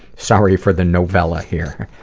sorry for the novella here.